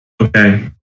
Okay